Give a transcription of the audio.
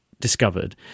discovered